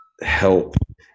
help